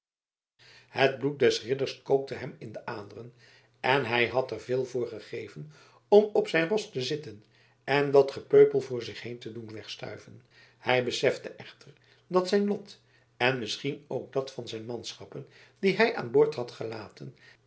het bloed des ridders kookte hem in de aderen en hij had er veel voor gegeven om op zijn ros te zitten en dat gepeupel voor zich heen te doen wegstuiven hij besefte echter dat zijn lot en misschien ook dat van de manschappen die hij aan boord had gelaten